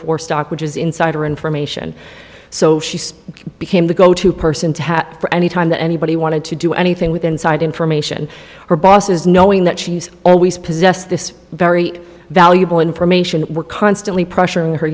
four stock which is insider information so she became the go to person to have any time that anybody wanted to do anything with inside information her bosses knowing that she's always possessed this very valuable information we're constantly pressuring her